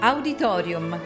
Auditorium